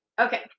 Okay